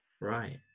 Right